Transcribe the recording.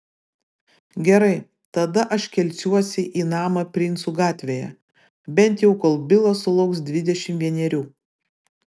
gerai tada aš kelsiuosi į namą princų gatvėje bent jau kol bilas sulauks dvidešimt vienerių